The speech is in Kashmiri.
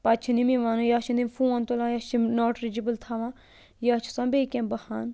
پَتہٕ چھِنہٕ یِم یِوانٕے یا چھِنہٕ یِم فون تُلان یا چھِ یِم ناٹ ریٖچیبٕل تھاوان یا چھِ آسان بیٚیہ کانٛہہ بَہان